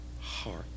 heart